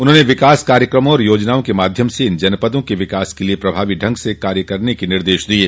उन्होंने विकास कार्यक्रमों एवं योजनाओं के माध्यम से इन जनपदों के विकास के लिए प्रभावी ढंग से कार्य करने के निर्देश दिये